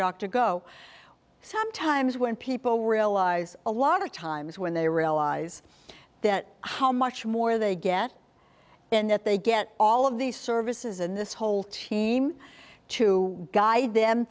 doctor go sometimes when people realize a lot of times when they realize that how much more they get in that they get all of these services and this whole team to guide them